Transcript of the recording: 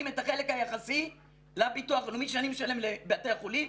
את החלק היחסי לביטוח הלאומי שאני משלם לבתי החולים,